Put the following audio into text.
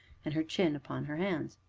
and her chin upon her hands.